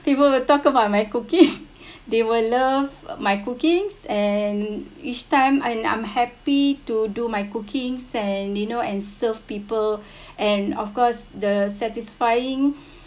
people will talk about my cooking they will love my cookings and each time and I'm happy to do my cookings and you know and serve people and of course the satisfying